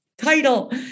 title